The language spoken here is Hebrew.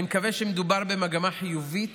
אני מקווה שמדובר במגמה חיובית